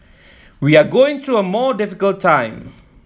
we are going through a more difficult time